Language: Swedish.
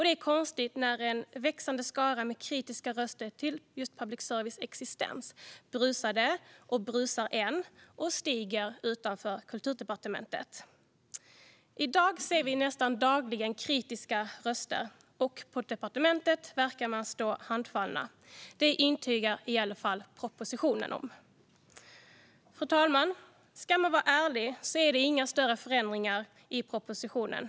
Det är konstigt när en växande skara med kritiska röster mot just public services existens brusade och brusar än och ökar utanför Kulturdepartementet. I dag hör vi nästan dagligen kritiska röster, och på departementet verkar man stå handfallen. Det intygar i alla fall propositionen. Fru talman! Ska man vara ärlig är det inga större förändringar som föreslås i propositionen.